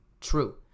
true